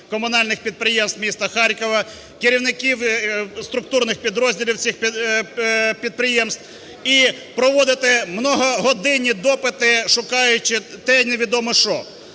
комунальних підприємств міста Харкова, керівників структурних підрозділів цих підприємств і проводити многогодинні допити, шукаючи те, невідомо що.